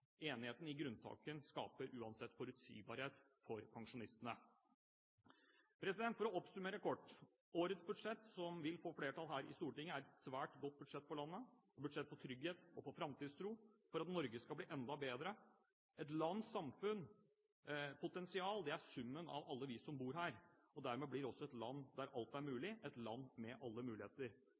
Enigheten i grunntanken skaper uansett forutsigbarhet for pensjonistene. For å oppsummere kort: Årets budsjett, som vil få flertall her i Stortinget, er et svært godt budsjett for landet, et budsjett for trygghet og for framtidstro, for at Norge skal bli enda bedre. Et lands og et samfunns potensial er summen av alle vi som bor her. Dermed blir også et land der alt er mulig, et land med alle muligheter.